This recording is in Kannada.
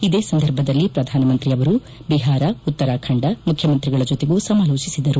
ಇದೇ ಸಂದರ್ಭದಲ್ಲಿ ಪ್ರಧಾನಮಂತ್ರಿ ಅವರು ಬಿಹಾರ ಉತ್ತರಾಖಂಡ ಮುಖ್ಯಮಂತ್ರಿಗಳ ಜೊತೆಗೂ ಸಮಾಲೋಜಿಸಿದರು